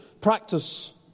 practice